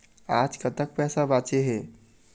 आज कतक पैसा बांचे हे?